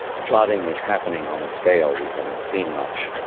flooding is happening on a scale we haven't seen much,